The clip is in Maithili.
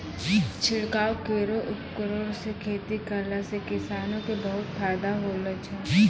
छिड़काव केरो उपकरण सँ खेती करला सें किसानो क बहुत फायदा होलो छै